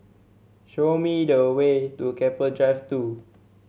show me the way to Keppel Drive Two